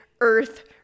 earth